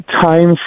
time